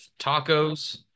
tacos